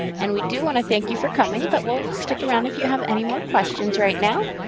and we do wanna thank you for coming, but we'll stick around if you have any more questions right now.